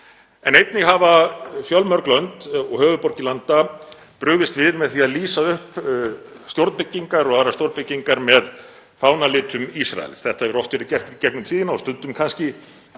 Einnig hafa fjölmörg lönd og höfuðborgir landa brugðist við með því að lýsa upp stjórnbyggingar og aðrar stórbyggingar með fánalitum Ísraels. Þetta hefur oft verið gert í gegnum tíðina, stundum kannski ekki